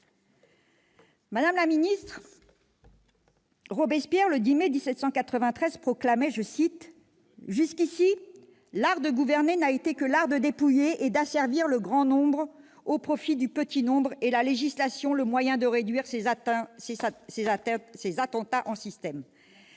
réelle et sérieuse. Robespierre, le 10 mai 1793, proclamait ... Où va-t-on ?... que, « jusqu'ici, l'art de gouverner n'a été que l'art de dépouiller et d'asservir le grand nombre au profit du petit nombre et la législation le moyen de réduire ces attentats en système.